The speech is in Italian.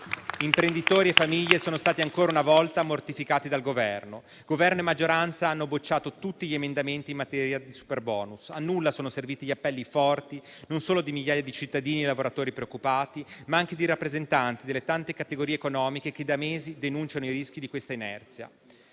imprenditori e famiglie sono stati ancora una volta mortificati dal Governo che, insieme alla maggioranza, ha bocciato tutti gli emendamenti in materia. A nulla sono serviti gli appelli forti non solo di migliaia di cittadini e lavoratori preoccupati, ma anche di rappresentanti delle tante categorie economiche che da mesi denunciano i rischi di questa inerzia.